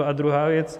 A druhá věc.